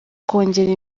kongera